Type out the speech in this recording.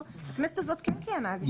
הכנסת הזאת כן כיהנה שנה.